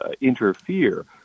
interfere